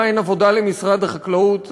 מה, אין עבודה למשרד החקלאות?